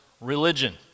religion